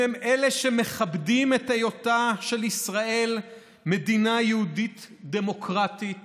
אם הם אלה שמכבדים את היותה של ישראל מדינה יהודית דמוקרטית